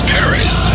Paris